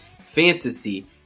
Fantasy